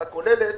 שהתקופה הכוללת